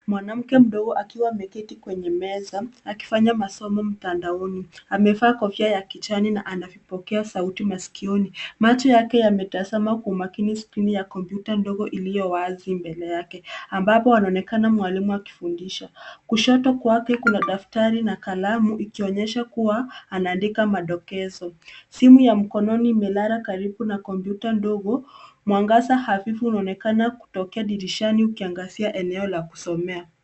Mwanamke mdogo akiwa ameketi kwenye meza akifanya masomo mtandaoni. Amevaa kofia ya kijani na ana vipokea sauti masikioni. Macho yake yametazama kwa umakini skrini ya kompyuta ndogo iliyowazi mbele yake, ambapo anaonekana mwalimu akifundisha. Kushoto kwake kuna daftari na kalamu ikionyesha kuwa anaandika madokezo. Simu ya mkononi imelala karibu na kompyuta ndogo. Mwangaza hafifu unaonekana kutokea dirishani ukiangazia eneo la kusomea.